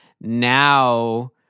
now